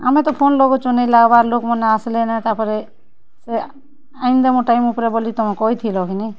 ଆମେ ତ ଫୋନ୍ ଲଗଉଚୁଁ ନାଇଁ ଲାଗ୍ବାର୍ ଲୋକ୍ମାନେ ଆସ୍ଲେନେ ତାପରେ ସେ ଆନିଦେମୁ ଟାଇମ୍ ଉପ୍ରେ ବୋଲି ତମେ କହିଥିଲ କି ନାଇଁ